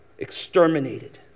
exterminated